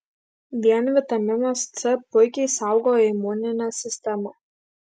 vien vitaminas c puikiai saugo imuninę sistemą